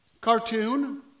cartoon